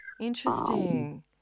Interesting